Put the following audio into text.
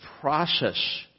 process